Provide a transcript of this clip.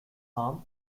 arm